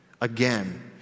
Again